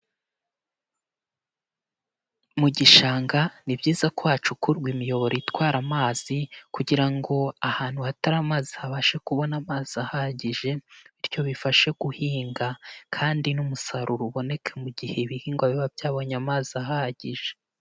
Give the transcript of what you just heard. Mu gishanga ni byiza ko hacukurwa imiyoboro itwara amazi kugira ngo ahantu hatari amazi habashe kubona amazi ahagije, bityo bifashe guhinga kandi n'umusaruro uboneka mu gihe ibihingwa biba byabonye amazi ahagije.